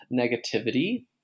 Negativity